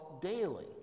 daily